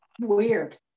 weird